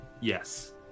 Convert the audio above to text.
Yes